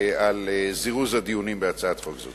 על זירוז הדיונים בהצעת חוק זו.